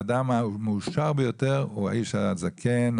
האדם המאושר ביותר הוא האיש הזקן,